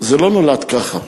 זה לא נולד ככה.